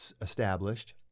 established